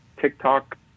TikTok